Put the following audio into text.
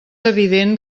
evident